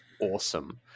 awesome